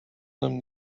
нам